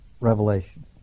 revelation